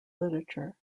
literature